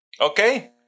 Okay